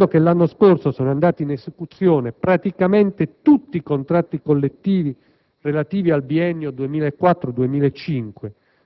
Considerando che l'anno scorso sono andati in esecuzione praticamente tutti i contratti collettivi relativi al biennio 2004-2005